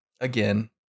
again